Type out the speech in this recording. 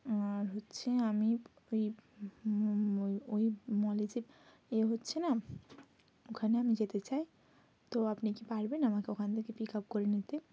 আর হচ্ছে আমি ওই ওই ওই মলে যে এ হচ্ছে না ওখানে আমি যেতে চাই তো আপনি কি পারবেন আমাকে ওখান থেকে পিক আপ করে নিতে